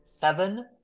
Seven